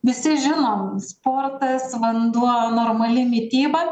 visi žinom sportas vanduo normali mityba